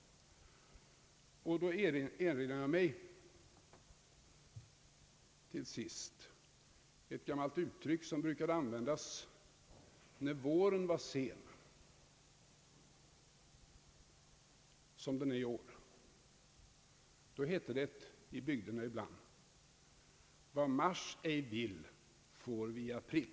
Till sist, herr talman, erinrar jag mig ett gammalt uttryck, som brukar användas när våren är sen, som den är i år. Då hette det i bygderna ibland: »Vad mars ej vill, får vi i april.»